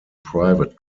private